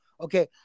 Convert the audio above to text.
Okay